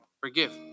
Forgive